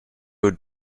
would